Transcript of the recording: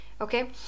okay